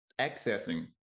accessing